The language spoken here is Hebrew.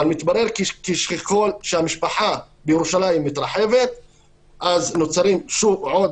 אבל מתברר שככול שהמשפחה בירושלים מתרחבת נוצרים עוד